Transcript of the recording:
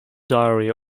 diary